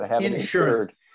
Insurance